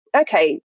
okay